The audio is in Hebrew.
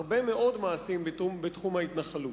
הרבה מאוד מעשים בתחום ההתנחלות.